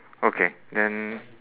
okay then